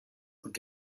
und